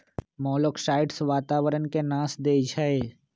मोलॉक्साइड्स वातावरण के नाश देई छइ